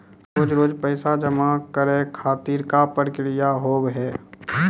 रोज रोज पैसा जमा करे खातिर का प्रक्रिया होव हेय?